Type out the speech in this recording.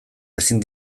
ezin